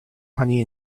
honey